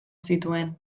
zituen